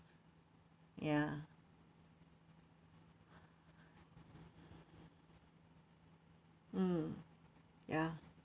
ya mm ya